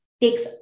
takes